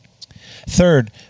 Third